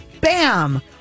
bam